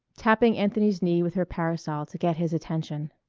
tapping anthony's knee with her parasol to get his attention.